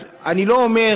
אז אני לא אומר,